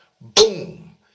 boom